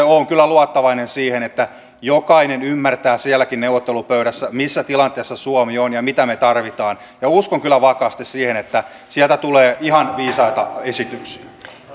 olen kyllä luottavainen siinä että jokainen ymmärtää sielläkin neuvottelupöydässä missä tilanteessa suomi on ja mitä me tarvitsemme uskon kyllä vakaasti siihen että sieltä tulee ihan viisaita esityksiä